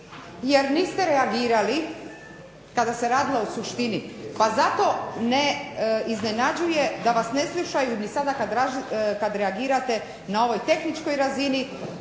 jer niste reagirali kada se radilo o suštini pa zato ne iznenađuje da vas ne slušaju ni sada kad reagirate na ovoj tehničkoj razini